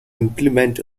implement